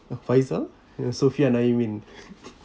faizal uh sophian ah you mean